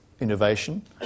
innovation